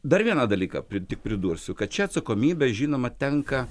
dar vieną dalyką tik pridursiu kad čia atsakomybė žinoma tenka